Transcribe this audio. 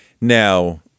Now